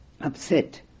upset